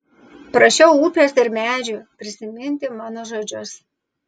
prašiau upės ir medžių prisiminti mano žodžius